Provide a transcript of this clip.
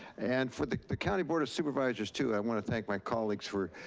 and for the the county board of supervisors too, i want to thank my colleagues for,